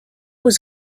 was